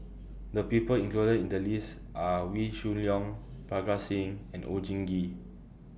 The People included in The list Are Wee Shoo Leong Parga Singh and Oon Jin Gee